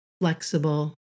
flexible